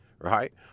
right